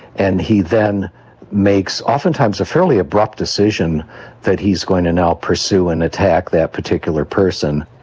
and he then makes oftentimes a fairly abrupt decision that he's going to now pursue and attack that particular person.